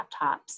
laptops